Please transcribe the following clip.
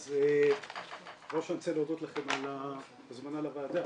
אז דבר ראשון אני רוצה להודות לכם על ההזמנה לוועדה.